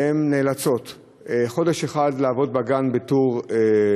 והן נאלצות חודש אחד לעבוד בגנים כמפעילות